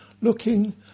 Looking